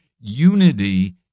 Unity